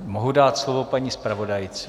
Mohu dát slovo paní zpravodajce.